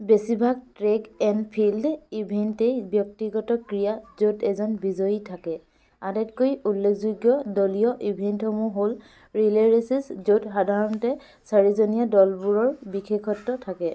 বেছিভাগ track and field ইভেণ্টেই ব্যক্তিগত ক্ৰীড়া য'ত এজন বিজয়ী থাকে আটাইতকৈ উল্লেখযোগ্য দলীয় ইভেণ্টসমূহ হ'ল ৰিলে' ৰেচেছ য'ত সাধাৰণতে চাৰিজনীয়া দলবোৰৰ বিশেষত্ব থাকে